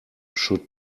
should